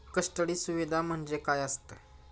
Custody सुविधा म्हणजे काय असतं?